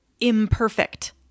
imperfect